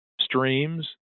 streams